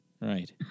right